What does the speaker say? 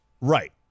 Right